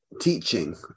Teaching